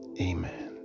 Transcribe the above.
Amen